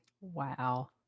Wow